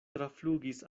traflugis